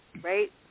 right